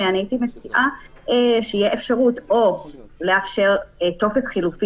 הייתי מציעה שתהיה אפשרות או לאפשר טופס חלופי